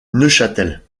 neuchâtel